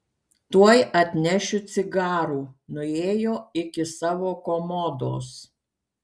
tuoj atnešiu cigarų nuėjo iki savo komodos